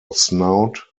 snout